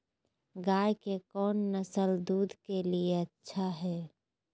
गाय के कौन नसल दूध के लिए अच्छा है?